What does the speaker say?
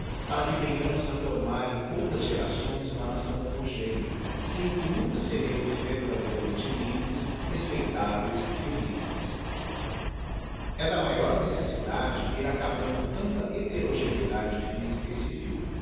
para que venhamos a formar em poucas gerações uma nação homogénea sem o que nunca seremos verdadeiramente livres respeitáveis e felizes e da maior necessidade ir acabando tanta heterogeneidade physica e civil